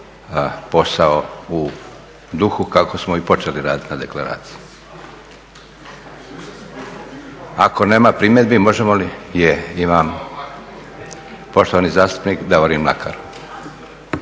posao u duhu kako smo i počeli raditi na Deklaraciji. Ako nema primjedbi možemo li? Je, ima. Poštovani zastupnik Davorin Mlakar.